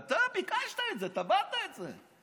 אתה ביקשת את זה, תבעת את זה.